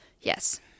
Yes